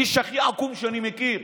האיש הכי עקום שאני מכיר,